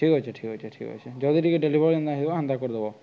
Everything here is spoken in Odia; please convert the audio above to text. ଠିକ୍ ଅଛି ଠିକ୍ ଅଛି ଠିକ୍ ଅଛି ଜଲ୍ଦି ଟିକେ ଡେଲିଭରି ଯେନ୍ତା ହେବ ହେନ୍ତା କରିଦେବ